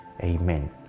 amen